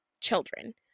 children